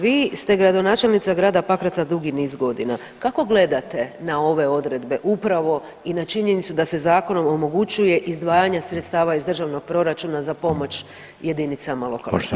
Vi ste gradonačelnica grada Pakraca dugi niz godina, kako gledate na ove odredbe upravo i na činjenicu da se zakonom omogućuje izdvajanje sredstava iz državnog proračuna za pomoć jedinicama lokalne samouprave?